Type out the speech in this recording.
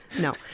no